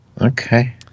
Okay